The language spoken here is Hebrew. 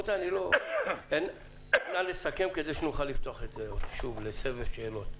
נא לסכם כדי שנוכל לפתוח לסבב שאלות.